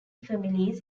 families